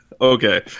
Okay